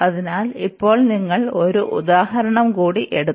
അതിനാൽ ഇപ്പോൾ നിങ്ങൾ ഒരു ഉദാഹരണം കൂടി എടുക്കും